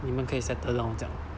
你们可以 settle down 这样